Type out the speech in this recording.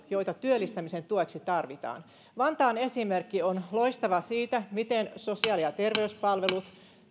joita työllistämisen tueksi tarvitaan vantaa on loistava esimerkki siitä miten sosiaali ja terveyspalvelut